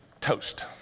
toast